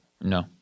No